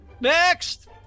Next